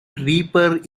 reaper